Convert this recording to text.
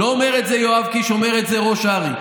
לא אומר את זה יואב קיש, אומר את זה ראש הר"י.